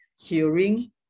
hearing